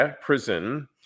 prison